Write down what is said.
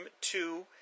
two